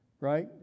right